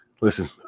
Listen